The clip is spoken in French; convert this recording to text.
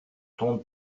trente